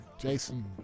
jason